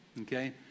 okay